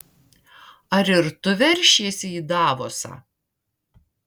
ar ir tu veršiesi į davosą